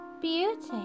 beauty